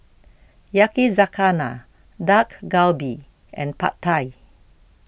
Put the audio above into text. Yakizakana Dak Galbi and Pad Thai